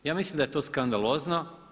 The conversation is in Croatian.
Ja mislim da je to skandalozno.